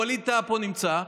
ווליד טאהא נמצא פה,